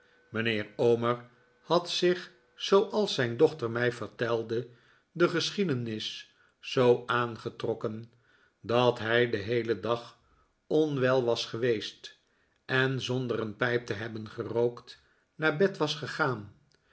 mijnheer omer had zich zooals zijn dochter mij vertelde de geschiedenis zoo aangetrokken dat hij den heelen dag onwel was geweest en zonder een pijp t e hebben gerookt naar bed was gegaan